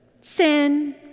sin